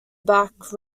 back